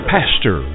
Pastor